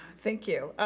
thank you.